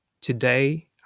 today